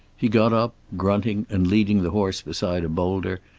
he got up, grunting, and leading the horse beside a boulder,